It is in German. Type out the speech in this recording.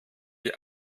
die